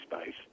space